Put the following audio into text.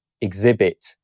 exhibit